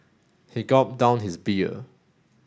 he gulped down his beer